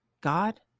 God